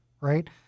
right